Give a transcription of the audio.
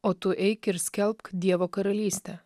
o tu eik ir skelbk dievo karalystę